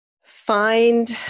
Find